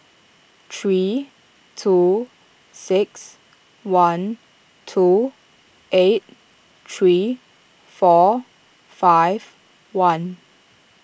three two six one two eight three four five one